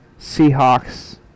Seahawks